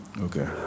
Okay